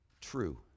true